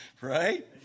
Right